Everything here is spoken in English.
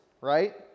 right